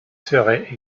seraient